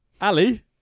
Ali